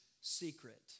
secret